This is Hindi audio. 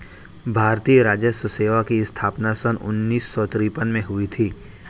भारतीय राजस्व सेवा की स्थापना सन उन्नीस सौ तिरपन में हुई थी